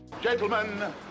Gentlemen